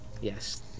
Yes